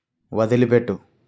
వదిలిపెట్టు